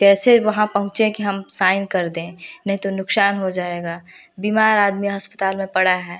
कैसे वहाँ पहुँचे कि हम साइन कर दें नहीं तो नुकसान हो जाएगा बीमार आदमी अस्पताल में पड़ा है